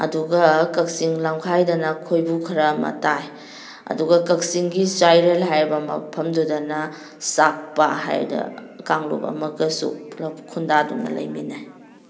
ꯑꯗꯨꯒ ꯀꯛꯆꯤꯡ ꯂꯝꯈꯥꯏꯗꯅ ꯈꯣꯏꯕꯨ ꯈꯔ ꯑꯃ ꯇꯥꯏ ꯑꯗꯨꯒ ꯀꯛꯆꯤꯡꯒꯤ ꯆꯥꯏꯔꯦꯜ ꯍꯥꯏꯔꯤꯕ ꯃꯐꯝꯗꯨꯗꯅ ꯆꯥꯛꯄ ꯍꯥꯏꯅ ꯀꯥꯡꯂꯨꯞ ꯑꯃꯒꯁꯨ ꯄꯨꯂꯞ ꯈꯨꯟꯗꯥꯗꯨꯅ ꯂꯩꯃꯤꯟꯅꯩ